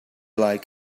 like